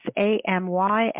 A-M-Y